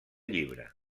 llibre